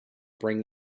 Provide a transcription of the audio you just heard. bring